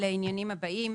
על העניינים הבאים: